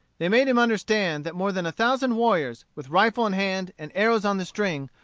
they made him understand that more than a thousand warriors, with rifle in hand and arrows on the string,